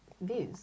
Views